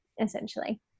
essentially